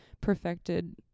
perfected